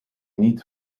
niet